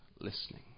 listening